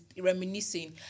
reminiscing